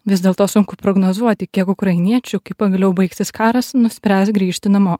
vis dėlto sunku prognozuoti kiek ukrainiečių kai pagaliau baigsis karas nuspręs grįžti namo